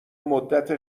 مدت